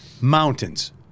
Mountains